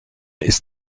ist